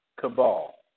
cabal